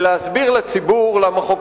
כולנו מתחרים אחד בשני בלהסביר לציבור למה חוק